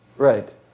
Right